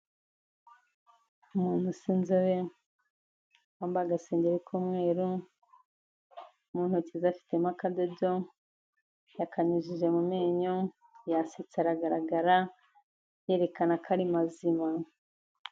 Umuntu usinzobe, wambaye agasengeri k'umweru, mu ntoki ze afitemo akadedo, yakanyujije mu menyo, yasetse aragaragara, yerekana ko ari mazima.